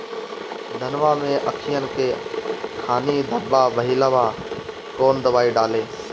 धनवा मै अखियन के खानि धबा भयीलबा कौन दवाई डाले?